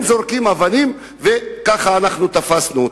הם זורקים אבנים וכך תפסנו אותם.